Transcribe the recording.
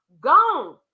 Gone